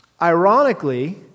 Ironically